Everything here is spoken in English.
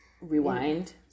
Rewind